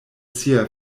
sia